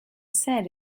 said